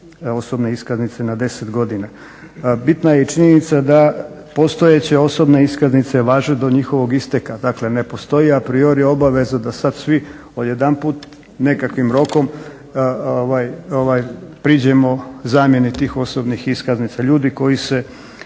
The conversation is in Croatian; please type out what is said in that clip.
osobne iskaznice na 10 godina. Bitna je i činjenica da postojeće osobne iskaznice važe do njihovog isteka, dakle ne postoji a priori obaveza da sad svi odjedanput nekakvim rokom priđemo zamjeni tih osobnih iskaznica. Ljudi koji se